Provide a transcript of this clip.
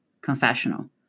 confessional